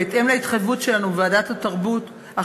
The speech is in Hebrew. בהתאם להתחייבות שלנו בוועדת החינוך,